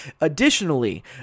Additionally